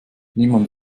niemand